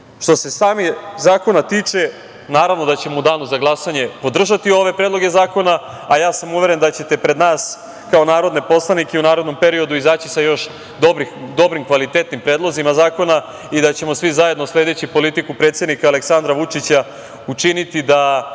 se samih zakona tiče, naravno da ćemo u danu za glasanje podržati ove predloge zakona, a ja sam uveren da ćete pred nas kao narodne poslanike i u narednom periodu izaći sa još dobrim, kvalitetnim predlozima zakona i da ćemo svi zajedno, sledeći politiku predsednika Aleksandra Vučića, učiniti da